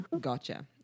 Gotcha